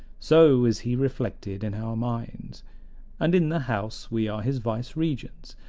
so is he reflected in our minds and in the house we are his viceregents,